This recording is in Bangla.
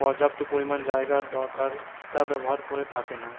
পর্যাপ্ত পরিমাণ জায়গার দরকার তা ব্যবহার করে থাকে না